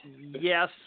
yes